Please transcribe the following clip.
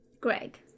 Greg